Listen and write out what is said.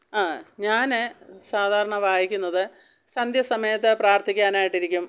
ആ ഞാൻ സാധാരണ വായിക്കുന്നത് സന്ധ്യസമയത്ത് പ്രാർത്ഥിക്കാനായിട്ടിരിക്കും